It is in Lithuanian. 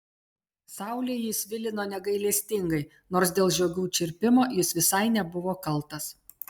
saulė jį svilino negailestingai nors dėl žiogų čirpimo jis visai nebuvo kaltas